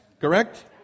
correct